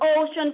ocean